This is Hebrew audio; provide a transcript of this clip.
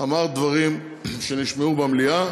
אמר דברים שנשמעו במליאה,